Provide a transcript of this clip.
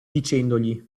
dicendogli